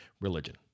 religion